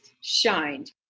shined